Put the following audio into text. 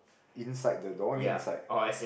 inside the door what do you mean inside